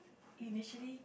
initially